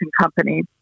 company